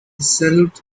salute